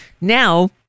Now